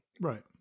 Right